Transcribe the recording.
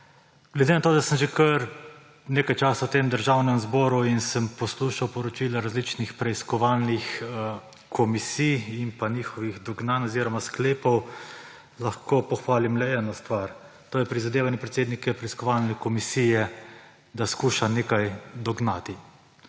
Glede na to, da sem že kar nekaj časa v tem državnem zboru in sem poslušal poročila različnih preiskovalnih komisij in njihovih dognanj oziroma sklepov, lahko pohvalim le eno stvar. To je prizadevanje predsednika preiskovalne komisije, da skuša nekaj dognati.